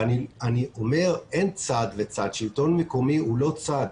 אני אומר שאין צד וצד, שלטון מקומי הוא לא צד.